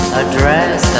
address